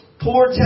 poor